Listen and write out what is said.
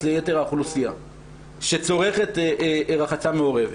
ליתר האוכלוסייה שצורכת רחצה מעורבת.